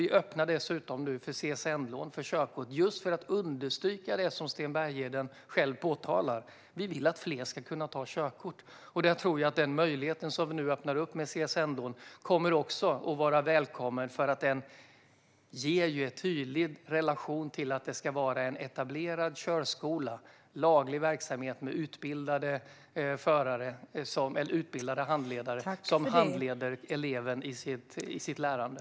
Vi öppnar nu dessutom för CSN-lån för körkort just för att understryka det som Sten Bergheden framhåller: Vi vill att fler ska kunna ta körkort. Jag tror att den möjlighet vi nu öppnar med CSN-lån kommer att vara välkommen eftersom den också har en tydlig relation till att det ska handla om en etablerad körskola och laglig verksamhet med utbildade handledare som handleder eleven i lärandet.